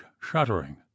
shuddering